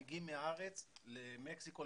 שמגיעים מהארץ למקסיקו,